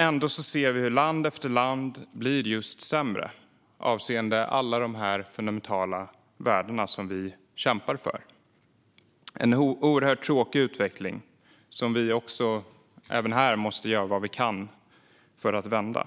Ändå ser vi hur land efter land blir just sämre avseende alla de fundamentala värden som vi kämpar för. Det är en oerhört tråkig utveckling som vi måste göra vad vi kan för att vända.